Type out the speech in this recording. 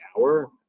hour